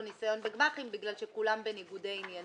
ניסיון בגמ"חים בגלל שכולם בניגודי עניינים.